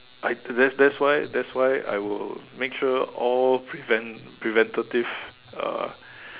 I that's that's why that's why I will make sure all prevent~ preventative uh